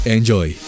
Enjoy